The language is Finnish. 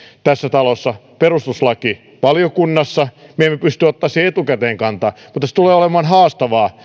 tässä talossa perustuslakivaliokunnassa me emme pysty ottamaan siihen etukäteen kantaa mutta tulee olemaan haastavaa